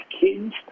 kids